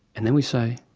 and then we say,